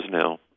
now